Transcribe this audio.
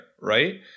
Right